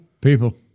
People